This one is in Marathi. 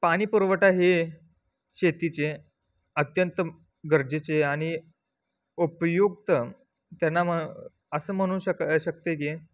पाणीपुरवठा हे शेतीचे अत्यंत गरजेचे आणि उपयुक्त त्यांना म असं म्हणू शक शकते की